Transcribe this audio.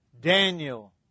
Daniel